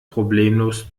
problemlos